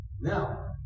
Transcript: Now